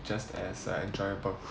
just as uh enjoyable